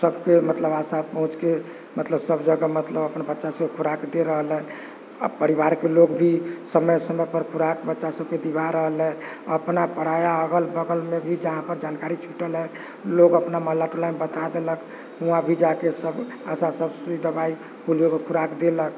सभके मतलब आशा पहुँचि कऽ मतलब सभजगह मतलब अपन बच्चासभके खुराक दऽ रहल हए अब परिवारके लोक भी समय समयपर खुराक बच्चासभके दिलवा रहल हए अपना पराया अगल बगलमे भी जा कऽ जहाँपर जानकारी छूटल हइ लोक अपना मोहल्ला टोलामे बता देलक वहाँ भी जा कऽ सभ आशासभ सुइ दवाइ पोलियोके खुराक देलक